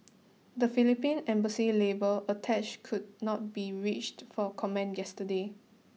the Philippine Embassy's labour attache could not be reached for comment yesterday